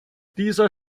dieser